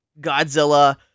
Godzilla